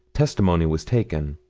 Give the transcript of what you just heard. testimony was taken.